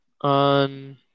on